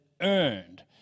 earned